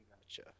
Gotcha